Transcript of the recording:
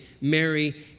Mary